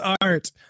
art